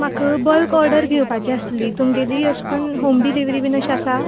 म्हाका bulk order दिवपाची आसली तुमगेली अशें करून होम डिलीवरी बीन अशें आसा